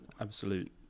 absolute